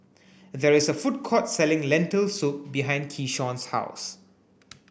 there is a food court selling Lentil soup behind Keyshawn's house